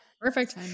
Perfect